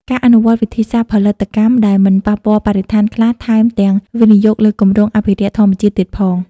ការអនុវត្តវិធីសាស្រ្តផលិតកម្មដែលមិនប៉ះពាល់បរិស្ថាន ខ្លះថែមទាំងវិនិយោគលើគម្រោងអភិរក្សធម្មជាតិទៀតផង ។